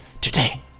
Today